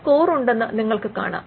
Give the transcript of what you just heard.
ഒരു സ്കോർ ഉണ്ടെന്ന് നിങ്ങൾക്ക് കാണാം